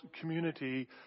community